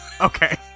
Okay